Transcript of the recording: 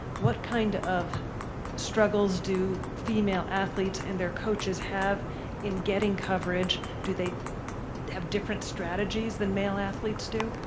what kind of struggles do female athletes and their coaches have in getting coverage? do they have different strategies than male athletes do?